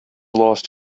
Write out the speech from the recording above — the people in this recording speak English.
lost